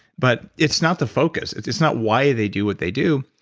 but it's not the focus. it's it's not why they do what they do.